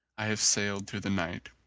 i have sailed through the night,